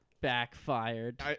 backfired